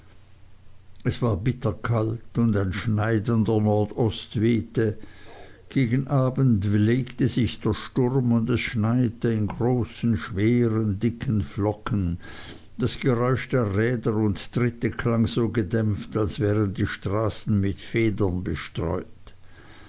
es war bitterkalt und ein schneidender nordost wehte gegen abend legte sich der sturm und es schneite in großen schweren dichten flocken das geräusch der räder und tritte klang so gedämpft als wären die straßen mit federn bestreut